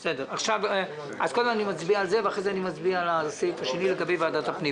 אני מצביע קודם על הנושא של ועדת הפנים